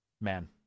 man